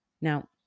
Now